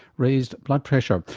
raised blood pressure,